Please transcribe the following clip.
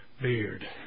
beard